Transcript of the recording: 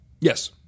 yes